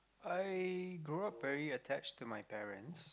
I grow up very attached to my parents